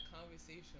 conversation